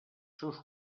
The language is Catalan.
seus